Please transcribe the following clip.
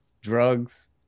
drugs